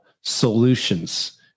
solutions